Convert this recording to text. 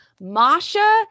Masha